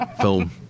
film